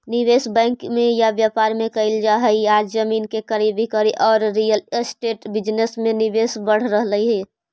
निवेश बैंक में या व्यापार में कईल जा हई आज जमीन के क्रय विक्रय औउर रियल एस्टेट बिजनेस में निवेश बढ़ रहल हई